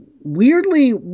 weirdly